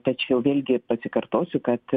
tačiau vėlgi pasikartosiu kad